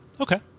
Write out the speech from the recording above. Okay